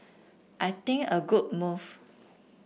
I think a good move